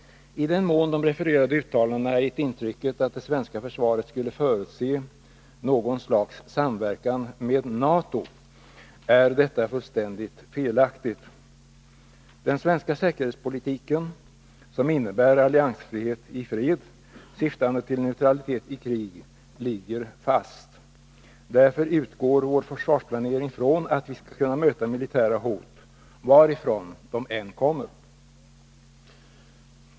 I den mån de refererade uttalandena har gett intrycket att det svenska försvaret skulle förutse något slags samverkan med NATO är det fullständigt felaktigt. Den svenska säkerhetspolitiken, som innebär alliansfrihet i fred syftande till neutralitet i krig, ligger fast. Därför utgår vår försvarsplanering från att vi skall kunna möta militära hot varifrån de än kommer.